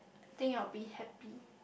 I think I'll be happy